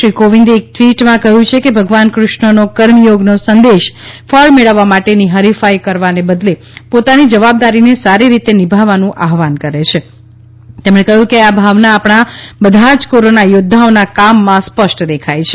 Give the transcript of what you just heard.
શ્રી કોવિંદે એક ટ્વીટમાં કહ્યું છે કે ભગવાન કૃષ્ણનો કર્મચોગનો સંદેશ ફળ મેળવવા માટેની હરીફાઈ કરવાને બદલે પોતાની જવાબદારીઓને સારી રીતે નિભાવવાનું આહ્વાન કરે છે અને તેમણે કહ્યું કે આ ભાવના આપણા બધા જ કોરોના યોદ્વાઓના કામમાં સ્પષ્ટ દેખાય છે